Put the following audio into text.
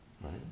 right